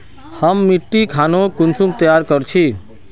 हम मिट्टी खानोक कुंसम तैयार कर छी?